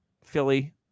Philly